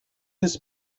his